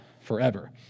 forever